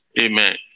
Amen